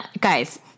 guys